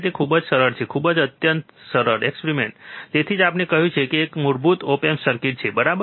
તેથી ખૂબ જ સરળ ખૂબ જ સરળ અત્યંત સરળ એક્સપેરિમેન્ટ તેથી જ આપણે કહ્યું છે કે આ એક મૂળભૂત ઓપ એમ્પ સર્કિટ છે બરાબર